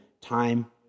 time